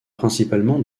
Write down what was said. principalement